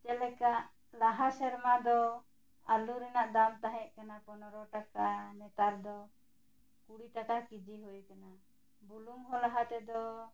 ᱡᱮᱞᱮᱠᱟ ᱞᱟᱦᱟ ᱥᱮᱨᱢᱟ ᱫᱚ ᱟᱹᱞᱩ ᱨᱮᱱᱟᱜ ᱫᱟᱢ ᱛᱟᱦᱮᱸᱜ ᱠᱟᱱᱟ ᱯᱚᱱᱮᱨᱚ ᱴᱟᱠᱟ ᱱᱮᱛᱟᱨ ᱫᱚ ᱠᱩᱲᱤ ᱴᱟᱠᱟ ᱠᱮᱡᱤ ᱦᱳᱭ ᱟᱠᱟᱱᱟ ᱵᱩᱞᱩᱝ ᱦᱚᱸ ᱞᱟᱦᱟ ᱛᱮᱫᱚ